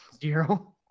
Zero